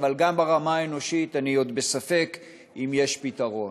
אבל גם ברמה האנושית אני עוד בספק אם יש פתרון.